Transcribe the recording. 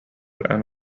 and